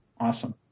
Awesome